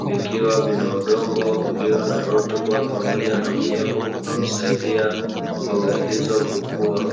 vikiwa na udongo ulio na rutuba pamoja na unyevu unaosaidia mboga hizo kukua.